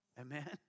Amen